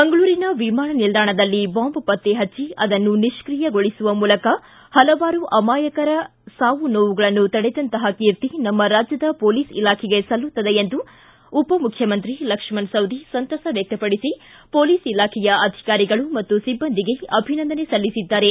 ಮಂಗಳೂರಿನ ವಿಮಾನ ನಿಲ್ದಾಣದಲ್ಲಿ ಬಾಂಬ್ ಪತ್ತೆ ಪಟ್ಟಿ ಅದನ್ನು ನಿಷ್ಕಿಯಗೊಳಿಸುವ ಮೂಲಕ ಹಲವಾರು ಅಮಾಯಕರ ಸಾವು ನೋವುಗಳನ್ನು ತಡೆದಂತಹ ಕೀರ್ತಿ ನಮ್ಮ ರಾಜ್ಯದ ಪೊಲೀಸ್ ಇಲಾಖೆಗೆ ಸಲ್ಲುತ್ತದೆ ಎಂದು ಉಪಮುಖ್ಯಮಂತ್ರಿ ಲಕ್ಷಣ ಸವದಿ ಸಂತಸ ವ್ಯಕ್ತಪಡಿಸಿ ಪೊಲೀಸ್ ಇಲಾಖೆಯ ಅಧಿಕಾರಿಗಳು ಮತ್ತು ಸಿಬ್ಬಂದಿಗೆ ಅಭಿನಂದನೆ ಸಲ್ಲಿಸಿದ್ದಾರೆ